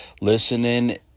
listening